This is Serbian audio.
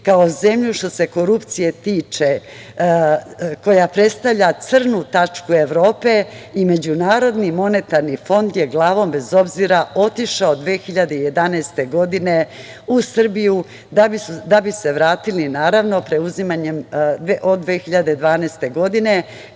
kao zemlju što se korupcije tiče, koja predstavlja crnu tačku Evrope, i MMF je glavom bez obzira otišao 2011. godine u Srbiju da bi se vratili naravno preuzimanjem od 2012. godine